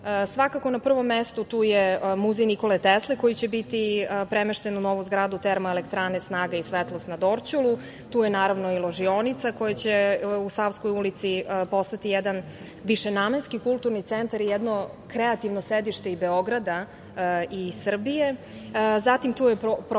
Svakako na prvom mestu tu je muzej Nikole Tesle koji će biti premešten u novu zgradu Termoelektrane, snaga i svetlost na Dorćolu. Tu je naravno i ložionica koja će u Savskoj ulici postati jedan višenamenski kulturni centar, jedno kreativno sedište i Beograda i Srbije. Zatim, tu je i projekat